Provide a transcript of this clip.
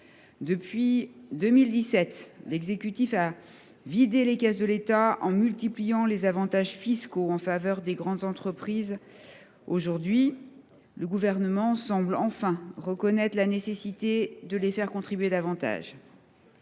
Depuis 2017, l’exécutif a vidé les caisses de l’État en multipliant les avantages fiscaux en faveur des grandes entreprises. Or, aujourd’hui, il semble enfin prêt à reconnaître la nécessité de les faire contribuer davantage.